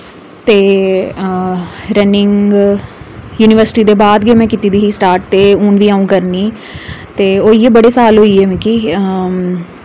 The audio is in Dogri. ते रनिंग यूनिवर्सिटी दे बाद गै में कीते दी ही स्टार्ट ते हून बी अऊं करनी ते होई गे बड़े साल होई गे मिकी